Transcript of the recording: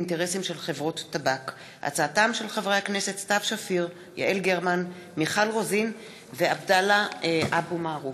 תומא סלימאן, יוסף ג'בארין ועבדאללה אבו מערוף,